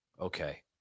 Okay